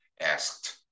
asked